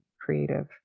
creative